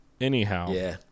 Anyhow